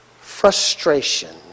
Frustration